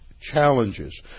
challenges